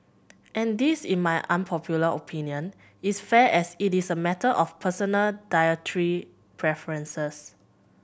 and this in my unpopular opinion is fair as it is a matter of personal dietary preferences